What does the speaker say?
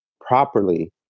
properly